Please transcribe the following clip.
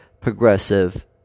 progressive